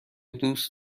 دوست